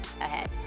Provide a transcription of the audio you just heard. Ahead